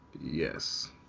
yes